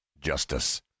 justice